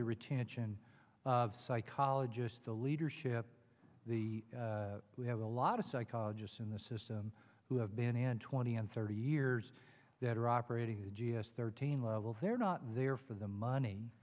the retention of psychologists the leadership the we have a lot of psychologists in the system who have been and twenty and thirty years that are operating the g s thirteen level they're not there for the money